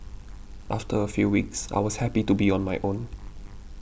after a few weeks I was happy to be on my own